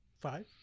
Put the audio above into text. five